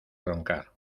roncar